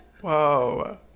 Whoa